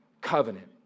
covenant